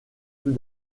tout